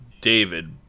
David